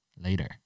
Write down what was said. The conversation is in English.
Later